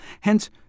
Hence